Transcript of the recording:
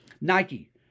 Nike